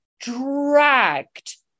dragged